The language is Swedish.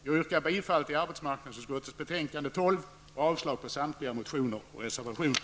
Jag yrkar bifall till arbetsmarknadsutskottets hemställan i betänkande nr 12 och avslag på samtliga motioner och reservationer.